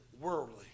worldly